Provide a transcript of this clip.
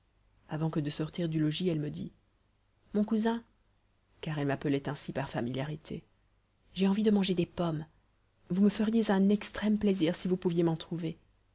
avant que de sortir du logis elle me dit mon cousin car elle m'appelait ainsi par familiarité j'ai envie de manger des pommes vous me feriez un extrême plaisir si vous pouviez m'en trouver